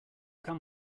come